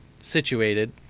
situated